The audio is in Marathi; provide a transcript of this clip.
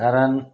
कारण